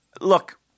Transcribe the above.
look